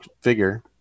figure